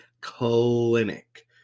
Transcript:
clinic